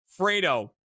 Fredo